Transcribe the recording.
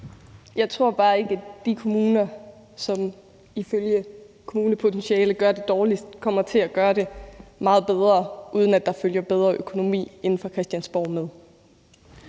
Jeg tror bare ikke, at de kommuner, som ifølge kommunepotentialet gør det dårligst, kommer til at gøre det meget bedre, uden at der følger bedre økonomi inde fra Christiansborg med.